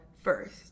first